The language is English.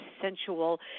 sensual